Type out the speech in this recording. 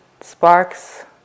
sparks